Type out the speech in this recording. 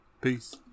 peace